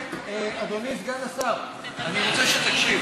אדוני סגן השר, אני רוצה שתקשיב.